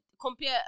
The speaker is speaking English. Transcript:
compare